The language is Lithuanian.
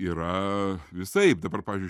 yra visaip dabar pavyzdžiui